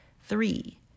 Three